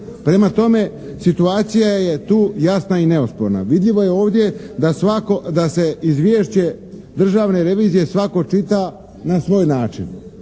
Prema tome, situacija je tu jasna i neosporna. Vidljivo je ovdje da se izvješće Državne revizije svatko čita na svoj način.